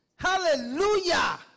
Hallelujah